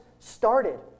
started